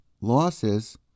losses